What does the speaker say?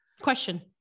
Question